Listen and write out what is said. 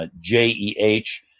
J-E-H